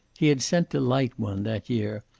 he had sent delight one that year,